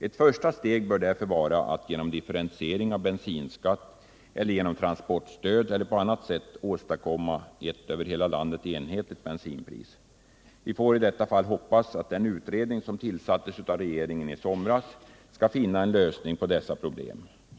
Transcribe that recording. Ett första steg bör därför vara att genom differentiering av bensinskatten, genom transportstöd eller på annat sätt åstadkomma ett över hela landet enhetligt bensinpris. Vi får i detta fall hoppas att den utredning som tillsattes av regeringen i somras skall finna en lösning på dessa problem.